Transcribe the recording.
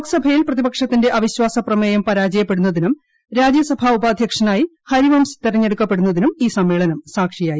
ലോക്സഭയിൽ പ്രതിപക്ഷത്തിന്റെ അവിശ്വാസ പ്രമേയം പരാജയപ്പെടുന്നതിനും രാജ്യസഭ ശ്ലപാധ്യക്ഷനായി ഹരിവംശ് തെരഞ്ഞെടുക്കപ്പെടുന്നതിനും ഈ സമ്മേള്റ്റ് സാക്ഷിയായി